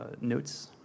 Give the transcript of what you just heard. notes